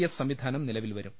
S സംവിധാനം നിലവിൽ വരും